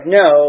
no